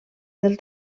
del